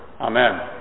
Amen